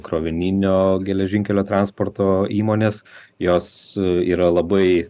krovininio geležinkelio transporto įmonės jos yra labai